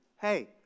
hey